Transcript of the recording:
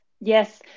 Yes